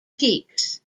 peaks